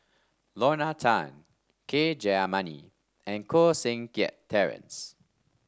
Lorna Tan K Jayamani and Koh Seng Kiat Terence